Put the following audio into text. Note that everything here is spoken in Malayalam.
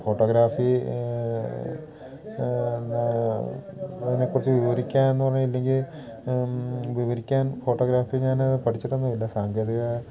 ഫോട്ടോഗ്രാഫി അതിനെക്കുറിച്ച് വിവരിക്കുക എന്ന് പറഞ്ഞാൽ ഇല്ലെങ്കിൽ വിവരിക്കാൻ ഫോട്ടോഗ്രാഫി ഞാൻ പഠിച്ചിട്ടൊന്നും ഇല്ല സാങ്കേതിക